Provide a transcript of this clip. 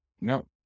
No